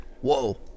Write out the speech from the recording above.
Whoa